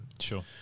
sure